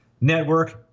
Network